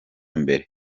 mbere